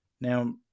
Now